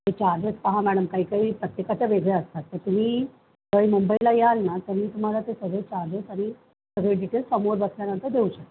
ते चार्जेस पहा मॅडम काही काही प्रत्येकाच्या वेगळ्या असतात तर तुम्ही ज्यावेळी मुंबईला याल ना तर मी तुम्हाला ते सगळे चार्जेस आणि सगळे डिटेल्स समोर बसल्यानंतर देऊ शकते